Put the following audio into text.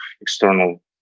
external